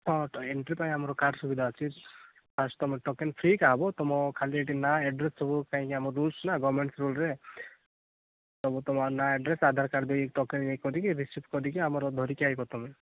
ହଁ ତ ଏଣ୍ଟ୍ରି ପାଇଁ ଆମର କାର୍ଡ଼୍ ସୁବିଧା ଅଛି ଫାଷ୍ଟ୍ ତୁମ ଟୋକେନ୍ ଫ୍ରି ଏକା ହେବ ତୁମ ଖାଲି ଏଇଠି ନା ଆଡ୍ରେସ୍ ସବୁ କାହିଁକି ନା ଆମର ରୁଲ୍ସ ନା ଗମେଣ୍ଟ୍ ରୁଲ୍ସରେ ସବୁ ତୁମ ନା ଆଡ୍ରେସ୍ ଆଧାର୍ କାର୍ଡ଼୍ ଦେଇ ପକାଇ କରିକି ରେଜିଷ୍ଟ୍ରେସନ୍ କରିକି ଆମର ଧରିକି ଆସିବ ତୁମେ